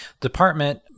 Department